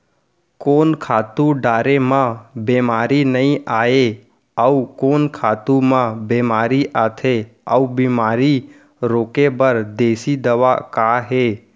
कोन खातू डारे म बेमारी नई आये, अऊ कोन खातू म बेमारी आथे अऊ बेमारी रोके बर देसी दवा का हे?